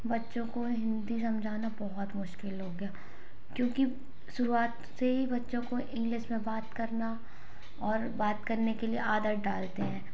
बच्चों को हिंदी समझाना बहुत मुश्किल हो गया क्यूँकि शुरुआत से ही बच्चों को इंग्लिश में बात करना और बात करने के लिए आदत डालते हैं